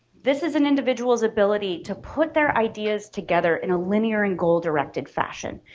this is an individual's ability to put their ideas together in a linear and goal-directed fashion.